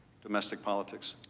domestic politics?